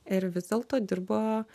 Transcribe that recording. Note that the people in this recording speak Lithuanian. ir vis dėlto dirbo